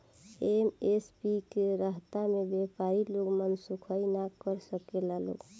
MSP के रहता में व्यपारी लोग मनसोखइ ना कर सकेला लोग